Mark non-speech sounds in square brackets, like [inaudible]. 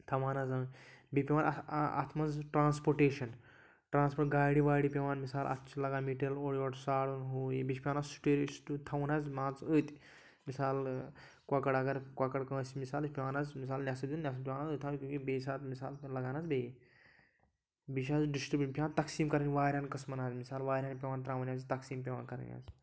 تھاوان حظ [unintelligible] بیٚیہِ پٮ۪وان اَتھ آ اَتھ منٛز ٹرٛانٕسپوٹیشَن ٹرٛانٕسپوٹ گاڑِ واڑِ پٮ۪وان مِثال اَتھ چھُ لَگان مٮ۪ٹیٖرِیَل اورٕ یورٕ سارُن ہُہ یہِ بیٚیہِ چھِ پٮ۪وان اَتھ [unintelligible] تھاوُن حظ مان ژٕ أتۍ مِثال کۄکَر اَگر کۄکَر کٲنٛسہِ مِثال یہِ چھِ پٮ۪وان حظ مِثال نٮ۪صٕف دیُن نٮ۪صٕف پؠوان أتھۍ تھاوُن کیونکہِ بیٚیہِ ساتہٕ مِثال کُنہِ لَگان حظ بیٚیہِ بیٚیہِ چھِ حظ ڈِسٹِرٛبیوٗٹ یِم پٮ۪وان تقسیٖم کَرٕنۍ وارِیَہَن قٕسمَن حظ مِثال وارِیَہَن پٮ۪وان ترٛاوٕنۍ حظ تقسیٖم پٮ۪وان کَرٕنۍ حظ